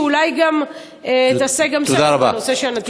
שאולי תעשה גם סדר בנושא של הנתיב המהיר?